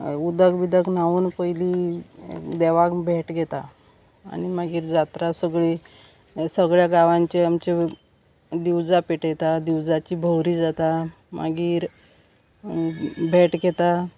उदक बिदक न्हावून पयलीं देवाक भेट घेता आनी मागीर जात्रा सगळी सगळ्या गांवांचे आमचे दिवजां पेटयता दिवजाची भोवरी जाता मागीर भेट घेता